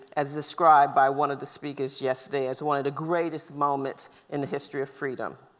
as described by one of the speakers yesterday as one of the greatest moments in the history of freedom.